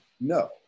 no